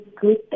Good